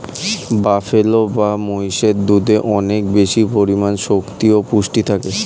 buffalo বা মহিষের দুধে অনেক বেশি পরিমাণে শক্তি ও পুষ্টি থাকে